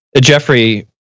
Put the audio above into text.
Jeffrey